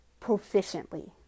proficiently